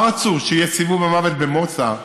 מה רצו, שיהיה סיבוב המוות במוצא?